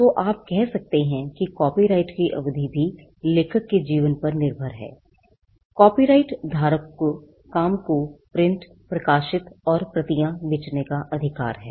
तो आप कह सकते हैं कि कॉपीराइट की अवधि भी लेखक के जीवन पर निर्भर है कॉपीराइट धारक को काम को प्रिंटप्रकाशित और प्रतियां बेचने का अधिकार है